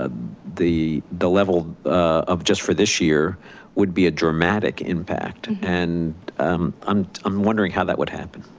ah the the level of just for this year would be a dramatic impact. and i'm um wondering how that would happen,